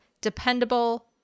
dependable